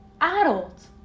adults